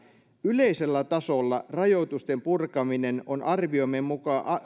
yleisellä tasolla rajoitusten purkaminen arviomme mukaan